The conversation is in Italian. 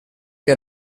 che